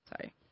Sorry